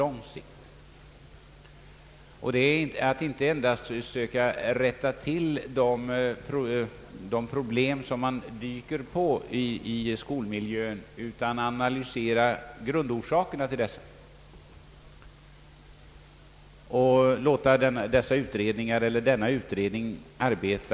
Det gäller nämligen här inte endast att söka rätta till de problem som man dyker på i skolmiljön utan även att analysera grundorsakerna till dessa och låta utredningen arbeta förutsättningslöst.